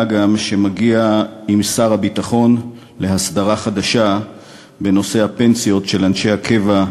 גם שמגיע עם שר הביטחון להסדרה חדשה בנושא הפנסיות של אנשי הקבע,